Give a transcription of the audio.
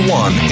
one